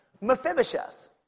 Mephibosheth